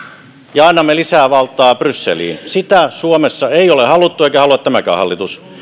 ja annamme lisää valtaa brysseliin sitä suomessa ei ole haluttu eikä halua tämäkään hallitus